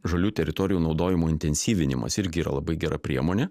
žalių teritorijų naudojimo intensyvinimas irgi yra labai gera priemonė